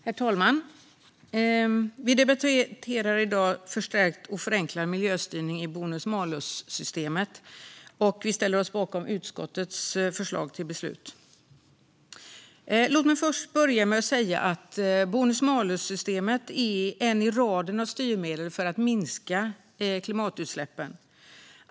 Herr talman! Vi debatterar nu betänkandet Förstärkt och förenklad miljöstyrning i bonus - malus-systemet . Vi ställer oss bakom utskottets förslag till beslut. Låt mig börja med att säga att bonus-malus-systemet är ett i raden av styrmedel för att minska klimatutsläppen.